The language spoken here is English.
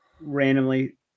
randomly